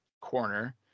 corner